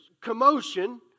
commotion